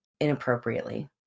inappropriately